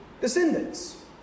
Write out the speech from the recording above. descendants